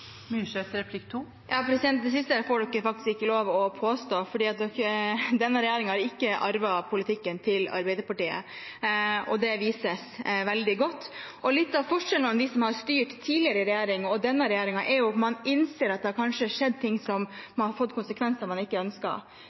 Det siste får man faktisk ikke lov til å påstå. Denne regjeringen har ikke arvet Arbeiderpartiets politikk, og det vises veldig godt. Litt av forskjellen mellom dem som har styrt tidligere i regjering, og denne regjeringen er at man innser at det kanskje har skjedd noe som har fått konsekvenser man ikke ønsket. Men jeg og Arbeiderpartiet ønsker